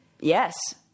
Yes